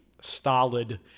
stolid